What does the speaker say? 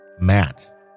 Matt